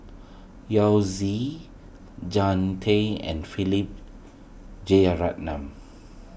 Yao Zi Jean Tay and Philip Jeyaretnam